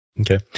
Okay